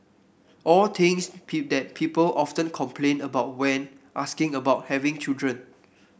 all things that people often complain about when asking about having children